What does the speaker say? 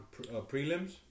prelims